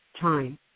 time